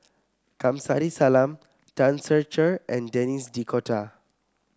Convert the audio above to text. Kamsari Salam Tan Ser Cher and Denis D Cotta